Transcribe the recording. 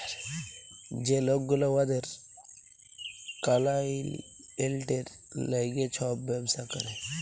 যে লক গুলা উয়াদের কালাইয়েল্টের ল্যাইগে ছব ব্যবসা ক্যরে